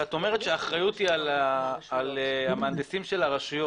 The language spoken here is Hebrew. כשאת אומרת שהאחריות היא על מהנדסי הרשויות,